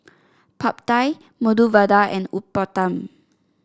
Pad Thai Medu Vada and Uthapam